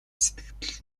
сэтгэгдэл